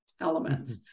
elements